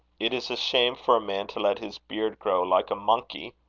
it is a shame for a man to let his beard grow like a monkey.